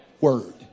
word